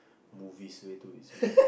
movies way too easily